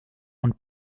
und